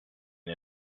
and